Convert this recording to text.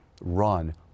run